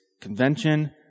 Convention